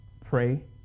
pray